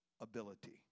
ability